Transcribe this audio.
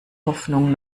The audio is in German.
hoffnung